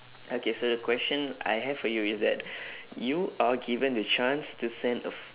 okay so the question I have for you is that you are given the chance to send a f~